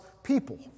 People